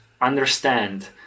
understand